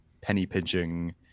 penny-pinching